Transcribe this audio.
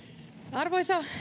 arvoisa